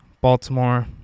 baltimore